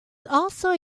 also